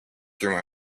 through